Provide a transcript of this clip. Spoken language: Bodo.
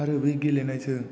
आरो बै गेलेनायजों